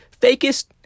fakest